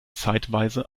zeitweise